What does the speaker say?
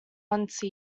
once